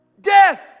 Death